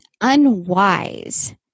unwise